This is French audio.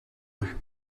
rue